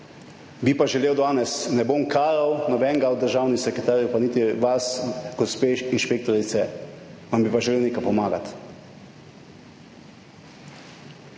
bi pa želel danes, ne bom karal nobenega od državnih sekretarjev, pa niti vas, gospe inšpektorice, vam bi pa želel nekaj pomagati.